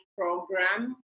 program